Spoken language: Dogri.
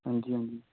हंजी हंजी